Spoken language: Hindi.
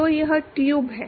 तो वह ट्यूब है